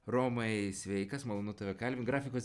romai sveikas malonu tave kalbint grafikos